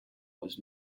was